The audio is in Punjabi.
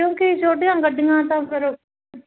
ਕਿਉਂਕਿ ਛੋਟੀਆਂ ਗੱਡੀਆਂ ਤਾਂ ਫਿਰ